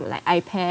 like iPad